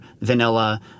vanilla